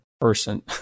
person